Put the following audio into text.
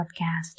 Podcast